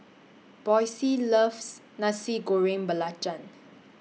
Boysie loves Nasi Goreng Belacan